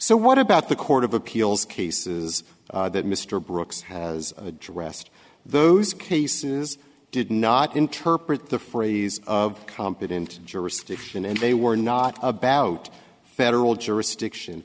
so what about the court of appeals cases that mr brooks has addressed those cases did not interpret the phrase of competent jurisdiction and they were not about federal jurisdiction